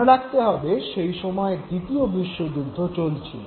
মনে রাখতে হবে সেই সময়ে দ্বিতীয় বিশ্বযুদ্ধ চলছিল